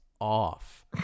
off